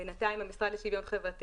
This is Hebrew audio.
בינתיים הפרויקט של "ישראל דיגיטלית"